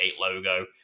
logo